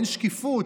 אין שקיפות.